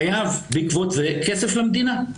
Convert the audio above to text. חייב בעקבות זה כסף למדינה.